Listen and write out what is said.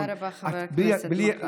תודה רבה, חבר הכנסת מקלב.